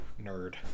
nerd